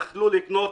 יכלו לקנות